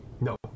No